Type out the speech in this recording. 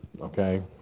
okay